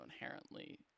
inherently